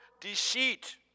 deceit